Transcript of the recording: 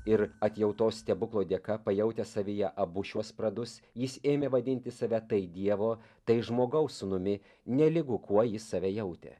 ir atjautos stebuklo dėka pajautę savyje abu šiuos pradus jis ėmė vadinti save tai dievo tai žmogaus sūnumi nelygu kuo jis save jautė